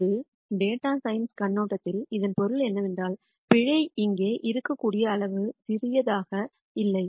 ஒரு data science கண்ணோட்டத்தில் இதன் பொருள் என்னவென்றால் பிழை இங்கே இருக்கக்கூடிய அளவுக்கு சிறியதாக இல்லை